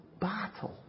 battle